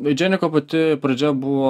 eidženiko pati pradžia buvo